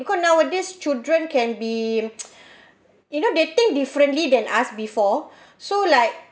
because nowadays children can be you know they think differently than us before so like